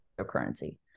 cryptocurrency